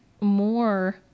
more